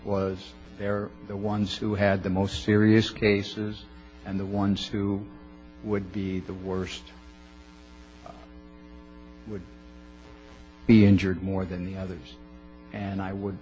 was their the ones who had the most serious cases and the ones who would be the worst would be injured more than the others and i would